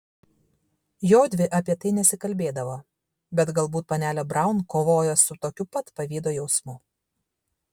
jodvi apie tai nesikalbėdavo bet galbūt panelė braun kovojo su tokiu pat pavydo jausmu